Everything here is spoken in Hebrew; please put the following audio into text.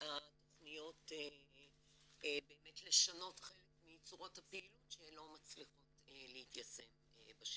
התכניות לשנות חלק מצורות הפעילות שלא מצליחות להיות מיושמות בשטח.